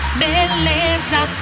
beleza